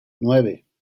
nueve